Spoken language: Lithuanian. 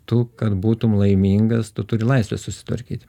tai kad būtum laimingas tu turi laisvę susitvarkyt